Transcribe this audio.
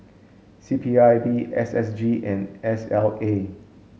C P I B S S G and S L A